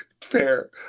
Fair